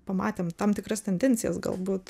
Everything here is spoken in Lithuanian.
pamatėm tam tikras tendencijas galbūt